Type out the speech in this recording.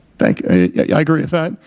thank you, i agree with that.